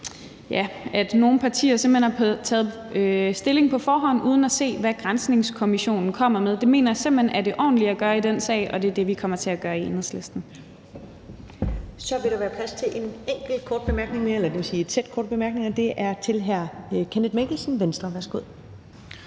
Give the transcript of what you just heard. at nogle partier simpelt hen har taget stilling på forhånd uden at se, hvad granskningskommissionen kommer med. Det mener jeg simpelt hen er det ordentlige at gøre i den sag, og det er det, vi kommer til at gøre i Enhedslisten. Kl. 15:35 Første næstformand (Karen Ellemann): Så vil der være plads til en enkelt kort bemærkning mere, dvs. et sæt korte bemærkninger. Det er fra hr. Kenneth Mikkelsen, Venstre. Værsgo.